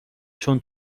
چون